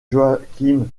joachim